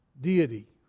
deity